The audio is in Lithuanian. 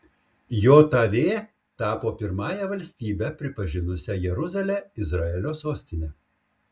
jav tapo pirmąja valstybe pripažinusia jeruzalę izraelio sostine